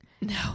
No